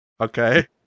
okay